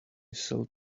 cell